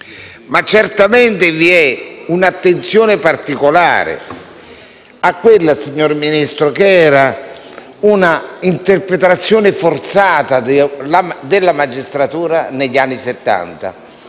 giudiziale, ma vi è una attenzione particolare a quella che, signor Ministro, era una interpretazione forzata della magistratura negli anni Settanta